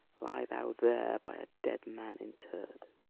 lie thou there, by a dead man interr'd.